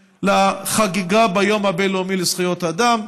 לחגיגה ביום הבין-לאומי לזכויות אדם,